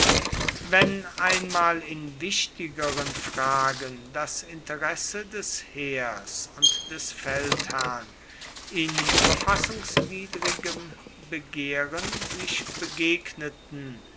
wenn einmal in wichtigeren fragen das interesse des heers und des feldherrn in verfassungswidrigem begehren sich begegneten